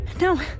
no